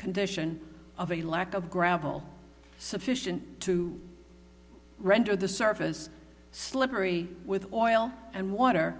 condition of a lack of gravel sufficient to render the surface slippery with oil and water